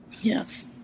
Yes